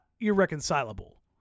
irreconcilable